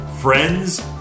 friends